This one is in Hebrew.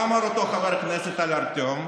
מה אמר אותו חבר כנסת על ארטיום?